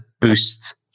boost